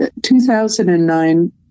2009